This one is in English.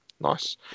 nice